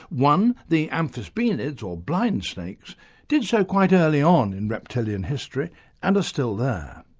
one, the amphisbaenids or blind snakes did so quite early on in reptilian history and are still there.